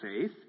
faith